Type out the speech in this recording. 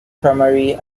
primary